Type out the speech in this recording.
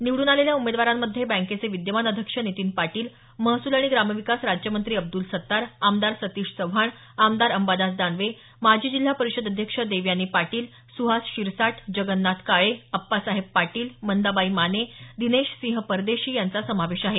निवडून आलेल्या उमेदवारांमध्ये बँकेचे विद्यमान अध्यक्ष नितीन पाटील महसूल आणि ग्रामविकास राज्यमंत्री अब्दल सत्तार आमदार सतीश चव्हाण आमदार अंबादास दानवे माजी जिल्हा परिषद अध्यक्ष देवयानी पाटील सुहास शिरसाठ जगन्नाथ काळे आप्पासाहेब पाटील मंदाबाई माने दिनेशसिंह परदेशी यांचा समावेश आहे